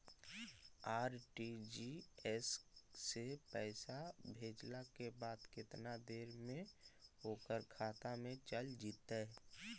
RTGS से पैसा भेजला के बाद केतना देर मे ओकर खाता मे चल जितै?